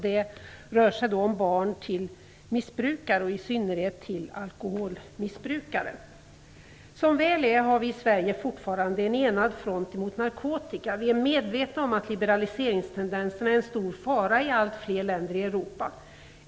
Det rör sig om barn till missbrukare, i synnerhet till alkoholmissbrukare. Som väl är har vi i Sverige fortfarande en enad front mot narkotika. Vi är medvetna om att liberaliseringstendenserna är en stor fara i allt fler länder i Europa.